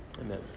Amen